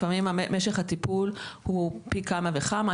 לפעמים משך הטיפול הוא פי כמה וכמה.